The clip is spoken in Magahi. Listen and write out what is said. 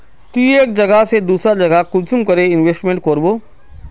ती एक जगह से दूसरा जगह कुंसम करे इन्वेस्टमेंट करबो?